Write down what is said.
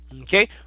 Okay